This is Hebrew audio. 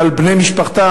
ועל בני משפחותיהם,